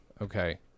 Okay